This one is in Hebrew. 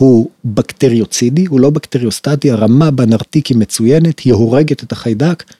הוא בקטריוצידי, הוא לא בקטריוסטטי, הרמה בנרתיק היא מצוינת, היא הורגת את החיידק.